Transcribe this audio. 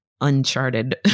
uncharted